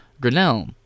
Grinnell